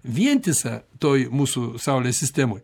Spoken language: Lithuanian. vientisa toj mūsų saulės sistemoj